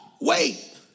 wait